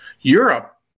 Europe